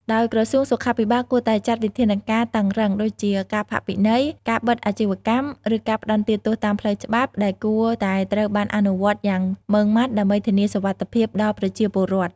ដោយក្រសួងសុខាភិបាលគួរតែចាត់វិធានការតឹងរ៉ឹងដូចជា ការផាកពិន័យ ការបិទអាជីវកម្ម ឬការផ្តន្ទាទោសតាមផ្លូវច្បាប់ ដែលគួរតែត្រូវបានអនុវត្តយ៉ាងម៉ឺងម៉ាត់ ដើម្បីធានាសុវត្ថិភាពដល់ប្រជាពលរដ្ឋ។